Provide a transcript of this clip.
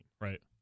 right